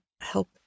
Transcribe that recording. help